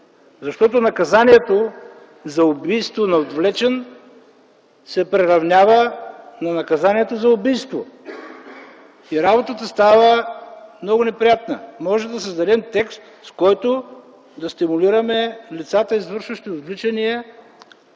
Защото наказанието за убийство на отвлечен се приравнява на наказанието за убийство и работата става много неприятна. Можем да създадем текст, с който да стимулираме лицата, извършващи отвличания